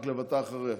מקלב, אתה אחריה.